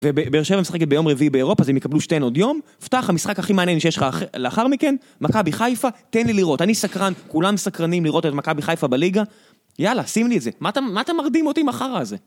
ובאר שבע משחקת ביום רביעי באירופה, אז הם יקבלו שתיהן עוד יום, פתח המשחק הכי מעניין שיש לך לאחר מכן, מכבי חיפה, תן לי לראות, אני סקרן, כולם סקרנים לראות את מכבי חיפה בליגה. יאללה, שים לי את זה. מה אתה מרדים אותי עם החרא הזה?